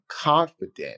confident